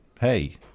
hey